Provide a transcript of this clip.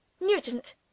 Nugent